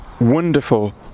wonderful